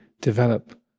develop